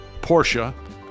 Porsche